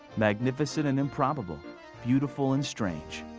magnificent and improbable beautiful and strange,